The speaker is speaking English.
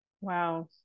Wow